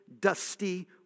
dusty